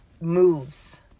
moves